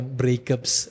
breakups